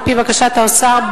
על-פי בקשת האוצר,